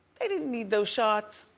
they didn't need those shots.